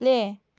play